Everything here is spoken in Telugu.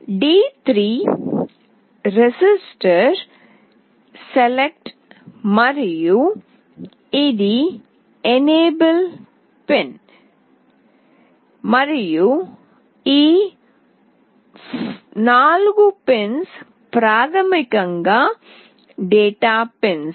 d3 రిజిస్టర్ సెలెక్ట్ మరియు ఇది ఎనేబుల్ పిన్ మరియు ఈ 4 పిన్స్ ప్రాథమికంగా డేటా పిన్స్